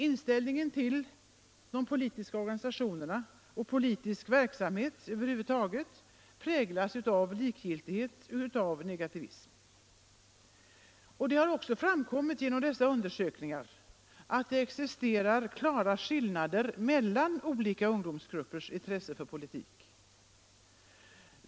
Inställningen till de politiska organisationerna och politisk verksamhet över huvud taget präglas av likgiltighet och negativism. Det har också framkommit genom dessa undersökningar att det existerar klara skillnader mellan olika ungdomsgruppers intresse för politik.